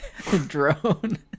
Drone